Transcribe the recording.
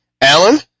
Alan